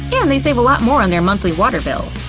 and they save a lot more on their monthly water bill.